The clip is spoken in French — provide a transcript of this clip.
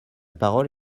parole